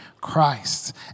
Christ